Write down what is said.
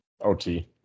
ot